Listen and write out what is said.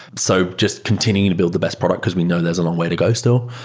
so just continuing to build the best product, because we know there's a long way to go still,